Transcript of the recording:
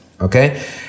okay